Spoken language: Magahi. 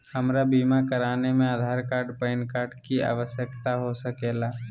हमरा बीमा कराने में आधार कार्ड पैन कार्ड की आवश्यकता हो सके ला?